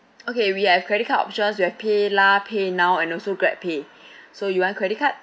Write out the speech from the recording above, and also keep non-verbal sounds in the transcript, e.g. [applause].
okay we have credit card options we have paylah paynow and also grabpay [breath] so you want credit card